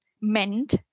meant